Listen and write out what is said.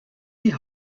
die